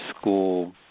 school